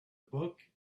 book